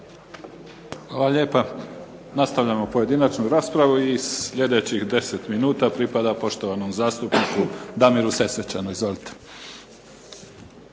Hvala lijepa. Nastavljamo pojedinačnu raspravu. I sljedećih 10 minuta pripada poštovanom zastupniku Damiru Sesvečanu. Izvolite.